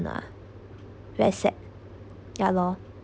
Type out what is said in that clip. uh very sad ya lor